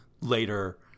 later